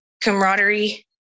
camaraderie